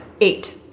Eight